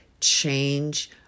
change